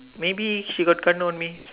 maybe he got on me